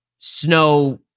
snow